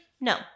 no